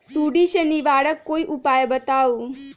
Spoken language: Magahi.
सुडी से निवारक कोई उपाय बताऊँ?